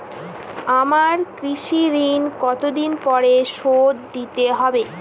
আমার কৃষিঋণ কতদিন পরে শোধ দিতে হবে?